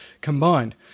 combined